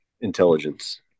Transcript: intelligence